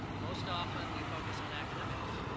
most often we focus on academics.